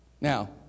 Now